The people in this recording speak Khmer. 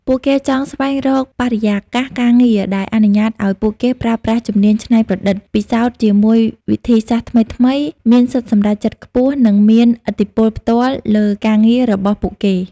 ពួកគេចង់ស្វែងរកបរិយាកាសការងារដែលអនុញ្ញាតឱ្យពួកគេប្រើប្រាស់ជំនាញច្នៃប្រឌិត ពិសោធន៍ជាមួយវិធីសាស្រ្តថ្មីៗ មានសិទ្ធិសម្រេចចិត្តខ្ពស់ និងមានឥទ្ធិពលផ្ទាល់លើការងាររបស់ពួកគេ។